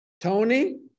Tony